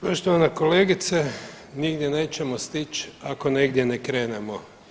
Poštovana kolegice, nigdje nećemo stić ako negdje ne krenemo.